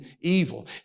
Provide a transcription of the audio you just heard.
evil